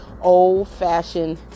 old-fashioned